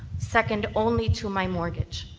second only to my mortgage.